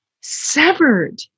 severed